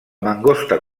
mangosta